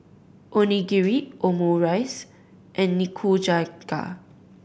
Onigiri Omurice and Nikujaga